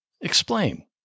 Explain